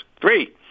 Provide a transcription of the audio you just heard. Three